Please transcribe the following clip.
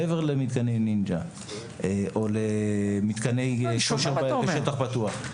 מעבר למתקני נינג'ה או למתקני כושר בשטוח פתוח.